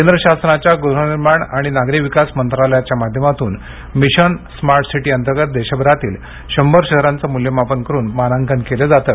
केंद्र शासनाच्या गृहनिर्माण आणि नागरी विकास मंत्रालयाच्या माध्यमातून मिशन स्मार्ट सिटी अंतर्गत देशभरातील शंभर शहराचे मुल्यमापन करून मानांकन केले जाते